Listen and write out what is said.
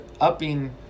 upping